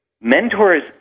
Mentors